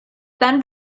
then